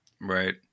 Right